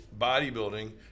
bodybuilding